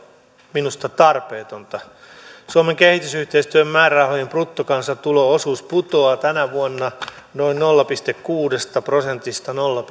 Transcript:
minusta tarpeetonta suomen kehitysyhteistyön määrärahojen bruttokansantulo osuus putoaa tänä vuonna noin nolla pilkku kuudesta prosentista nolla